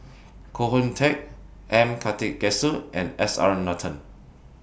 Koh Hoon Teck M Karthigesu and S R Nathan